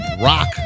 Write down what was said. rock